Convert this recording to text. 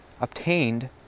obtained